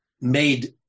made